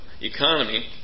economy